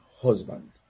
husband